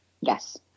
Yes